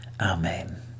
amen